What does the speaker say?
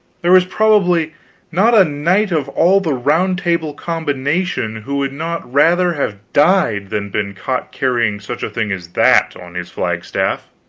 there was probably not a knight of all the round table combination who would not rather have died than been caught carrying such a thing as that on his flagstaff.